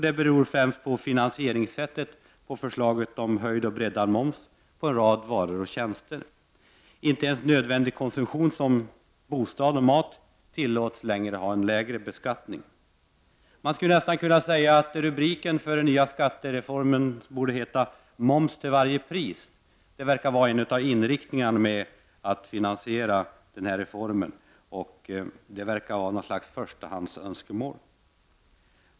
Det beror främst på finansieringssättet, dvs. på höjd och breddad moms på en rad varor och tjänster. Inte ens nödvändig konsumtion, som bostad och mat, tillåts ha en lägre beskattning. Rubriken på den nya skattereformen skulle kunna vara: ”Moms till varje pris!” Det verkar vara inriktningen av finansieringen av reformen, ett förstahandsönskemål.